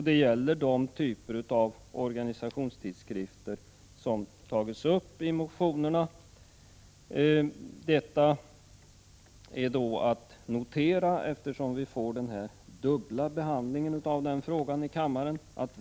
Det gäller de typer av organisationstidskrifter som tagits upp i motionerna. Detta är att notera, eftersom vi får en dubbel behandling av frågan i kammaren.